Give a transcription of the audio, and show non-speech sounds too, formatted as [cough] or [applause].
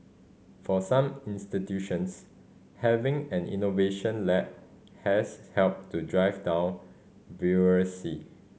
for some institutions having an innovation lab has helped to drive down [unintelligible]